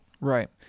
Right